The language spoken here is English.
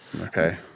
Okay